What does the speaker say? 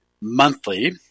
monthly